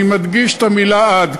אני מדגיש את המילה "עד",